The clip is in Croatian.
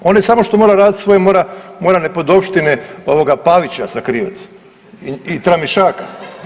On je samo što mora radit svoje mora, mora nepodopštine ovoga Pavića sakrivat i Tramišaka.